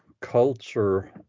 culture